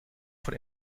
von